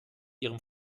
ihrem